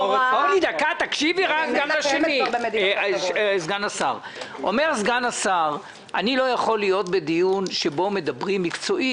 אומר סגן השר: אני לא יכול להיות בדיון שבו מדברים מקצועית,